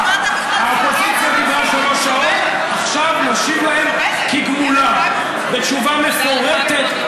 האופוזיציה דיברה שלוש שעות עכשיו אשיב להם כגמולם בתשובה מפורטת,